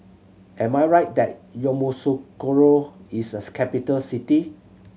am I right that Yamoussoukro is a capital city